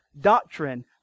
doctrine